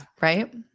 right